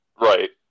Right